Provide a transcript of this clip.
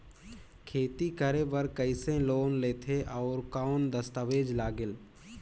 खेती करे बर कइसे लोन लेथे और कौन दस्तावेज लगेल?